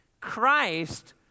Christ